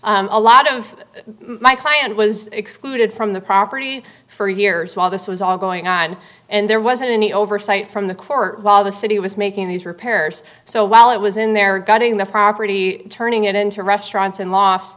argument a lot of my client was excluded from the property for years while this was all going on and there wasn't any oversight from the court while the city was making these repairs so while it was in there gutting the property turning it into restaurants and lost